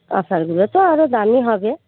কাঁসারগুলো তো আরও দামি হবে